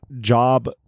job